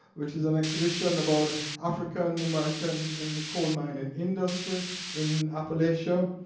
which is an exhibition about african americans in the coal mining industry in appalachia,